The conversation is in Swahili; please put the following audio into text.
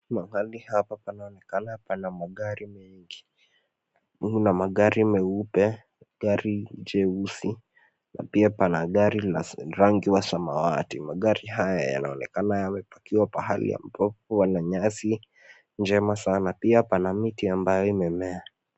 Mahali hapa panaonekana pana magari mengi, kuna magari meupe, gari jeusi na pia pana gari la rangi wa samawati. Magari haya yanaonekana yamepakiwa pahali ambapo pana nyasi njema sana. Pia pana miti ambayo imemea.